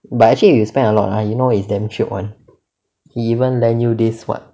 but actually if you spend a lot ah you know it's damn shiok [one] he even lend you this [what]